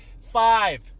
five